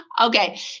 Okay